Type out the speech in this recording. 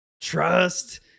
trust